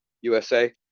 USA